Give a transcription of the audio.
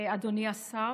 אדוני השר,